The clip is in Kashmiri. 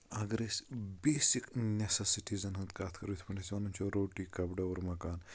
اَگر أسۍ بیسِک نیٚسَسِٹیزن ہِنٛز کَتھ کرو یِتھۍ پٲٹھۍ أسۍ وَنان چھِ روٹی کَپڑا اور مکان